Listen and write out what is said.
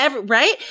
right